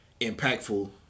Impactful